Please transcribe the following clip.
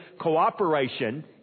Cooperation